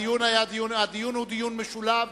הדיון הוא דיון משולב.